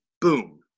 boom